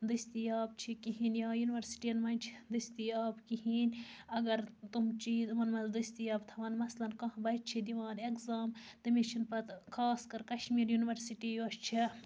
دٔستیاب چھِ کِہیٖنۍ یا یونِوَرسِٹی یَن منٛز چھِ دٔستیاب کِہیٖنۍ اگر تٔم چیٖز یِمَن منٛز دٔستیاب تھاوَان مثلَن کانٛہہ بَچہٕ چھِ دِوان ایٚگزام تٔمِس چھِنہٕ پَتہٕ خاص کر کَشمیٖر یونِوَرسِٹی یۄس چھےٚ